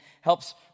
helps